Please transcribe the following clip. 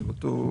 זה אותו דיל,